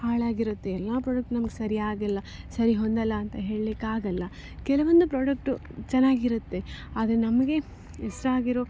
ಹಾಳಾಗಿರುತ್ತೆ ಎಲ್ಲಾ ಪ್ರಾಡಕ್ಟ್ ನಮಗೆ ಸರಿಯಾಗಿಲ್ಲ ಸರಿ ಹೊಂದಲ್ಲ ಅಂತ ಹೇಳಲಿಕ್ಕಾಗಲ್ಲ ಕೆಲವೊಂದು ಪ್ರಾಡಕ್ಟು ಚೆನ್ನಾಗಿರತ್ತೆ ಆದರೆ ನಮಗೆ ಇಷ್ಟ ಆಗಿರೋ